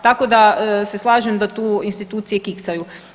Tako da se slažem da tu institucije kiksaju.